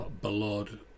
blood